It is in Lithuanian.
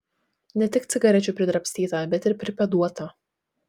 ne tik cigarečių pridrabstyta bet ir pripėduota